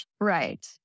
Right